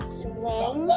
swing